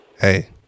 Hey